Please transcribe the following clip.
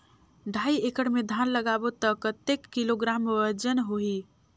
ढाई एकड़ मे धान लगाबो त कतेक किलोग्राम वजन होही?